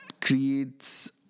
creates